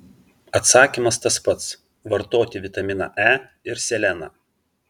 atsakymas tas pats vartoti vitaminą e ir seleną